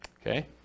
okay